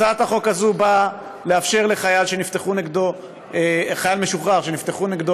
הצעת החוק הזאת באה לאפשר לחייל משוחרר שנפתחו נגדו